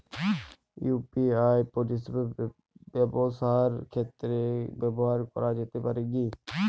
UPI পরিষেবা ব্যবসার ক্ষেত্রে ব্যবহার করা যেতে পারে কি?